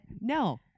no